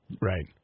Right